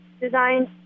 designed